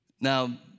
Now